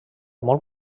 molt